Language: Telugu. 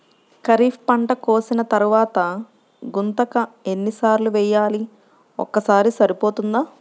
ఖరీఫ్ పంట కోసిన తరువాత గుంతక ఎన్ని సార్లు వేయాలి? ఒక్కసారి సరిపోతుందా?